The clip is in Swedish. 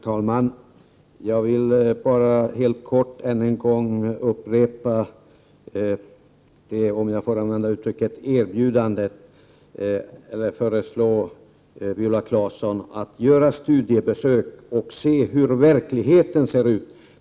Herr talman! Jag vill bara helt kort än en gång upprepa mitt ”erbjudande” och föreslå Viola Claesson att göra studiebesök och se hur verkligheten ser ut.